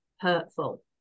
hurtful